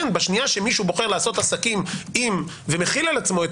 כן בשנייה שמישהו בוחר לעשות עסקים עם ומחיל על עצמו את